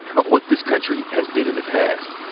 of what this country has been in the past,